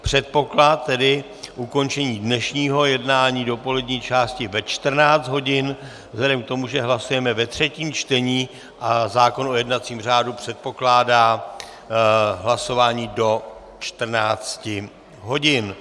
Předpoklad tedy ukončení dnešního jednání dopolední části je ve 14 hodin vzhledem k tomu, že hlasujeme ve třetím čtení a zákon o jednacím řádu předpokládá hlasování do 14 hodin.